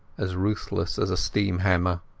as ruthless as a steam hammer.